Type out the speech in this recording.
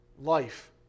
life